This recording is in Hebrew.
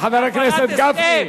תודה, חבר הכנסת גפני.